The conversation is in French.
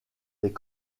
des